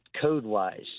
code-wise